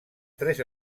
tres